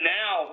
now